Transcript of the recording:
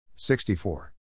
64